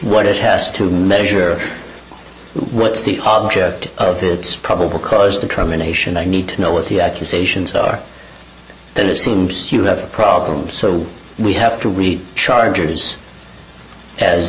what it has to measure what's the object of the probable cause to trauma nation i need to know what the accusations are and it seems you have a problem so we have to read chargers as